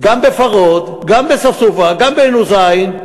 גם בפרוד, גם בספסופה, גם בעין-הוזים.